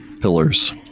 pillars